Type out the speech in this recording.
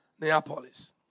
Neapolis